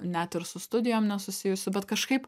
net ir su studijom nesusijusių bet kažkaip